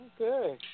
Okay